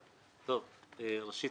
ראשית,